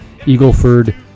Eagleford